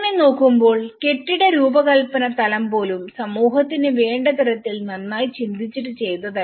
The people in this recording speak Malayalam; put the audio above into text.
അങ്ങനെ നോക്കുമ്പോൾ കെട്ടിട രൂപകല്പന തലം പോലും സമൂഹത്തിന് വേണ്ട തരത്തിൽ നന്നായി ചിന്തിച്ചിട്ട് ചെയ്തതല്ല